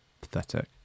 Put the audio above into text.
pathetic